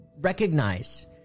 recognize